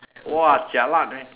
!wah! jialat eh